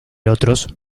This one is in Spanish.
otros